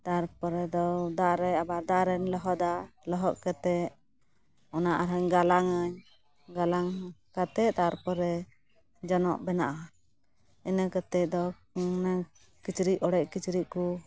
ᱛᱟᱨᱯᱚᱨᱮᱫᱚ ᱫᱟᱜᱨᱮ ᱫᱟᱜᱨᱮ ᱞᱚᱦᱚᱫᱟ ᱞᱚᱦᱚᱫ ᱠᱟᱛᱮᱫ ᱚᱱᱟ ᱟᱨᱦᱚᱸᱧ ᱜᱟᱞᱟᱝᱟᱹᱧ ᱜᱟᱞᱟᱝ ᱠᱟᱛᱮᱫ ᱛᱟᱨᱯᱚᱨᱮ ᱡᱚᱱᱚᱜ ᱵᱮᱱᱟᱜᱼᱟ ᱤᱱᱟᱹ ᱠᱟᱛᱮᱫᱚ ᱤᱱᱟᱹ ᱠᱤᱪᱨᱤ ᱚᱲᱮᱡᱽ ᱠᱤᱪᱨᱤᱡᱽ ᱠᱚ